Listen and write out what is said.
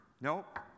Nope